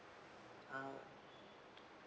ah